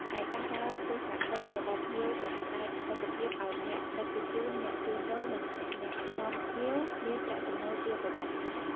ឯការដើរទស្សនកិច្ចរបស់ភ្ញៀវបង្កើតលទ្ធភាពឱ្យអ្នកដឹកជញ្ជូន អ្នកជួញដូរ និងអ្នកនាំភ្ញៀវមានប្រាក់ចំណូលជាប្រចាំថ្ងៃ។